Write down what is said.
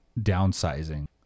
downsizing